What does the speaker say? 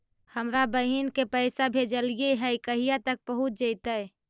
हमरा बहिन के पैसा भेजेलियै है कहिया तक पहुँच जैतै?